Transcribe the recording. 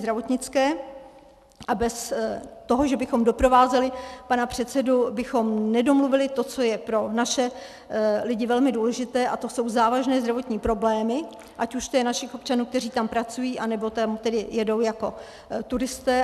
A bez toho, že bychom doprovázeli pana předsedu, bychom nedomluvili to, co je pro naše lidi velmi důležité, a to jsou závažné zdravotní problémy, ať už to je našich občanů, kteří tam pracují, nebo tam jedou jako turisté.